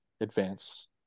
advance